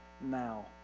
now